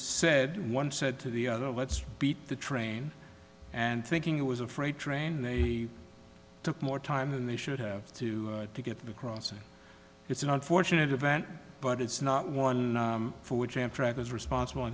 said one said to the other what's beat the train and thinking it was a freight train they took more time than they should have to to get across and it's an unfortunate event but it's not one for which amtrak is